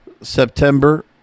September